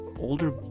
older